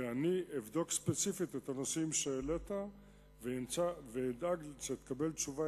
אני אבדוק ספציפית את הנושאים שהעלית ואדאג שתקבל תשובה